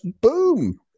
boom